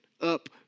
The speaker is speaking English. up